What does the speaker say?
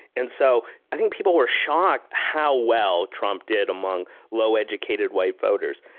and so i think people were shocked how well trump did among low-educated white voters.